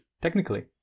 technically